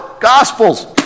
Gospels